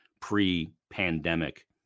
pre-pandemic